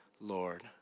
Lord